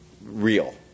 real